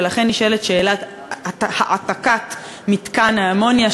ולכן נשאלת שאלת העתקת מתקן האמוניה,